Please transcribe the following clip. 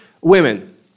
women